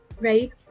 right